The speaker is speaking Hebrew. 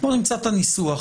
נמצא את הניסוח,